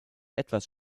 etwas